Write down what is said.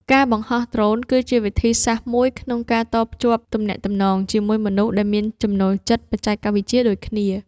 ការបង្ហោះដ្រូនគឺជាវិធីសាស្ត្រមួយក្នុងការតភ្ជាប់ទំនាក់ទំនងជាមួយមនុស្សដែលមានចំណូលចិត្តបច្ចេកវិទ្យាដូចគ្នា។